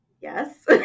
Yes